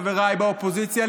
חבריי חברי האופוזיציה,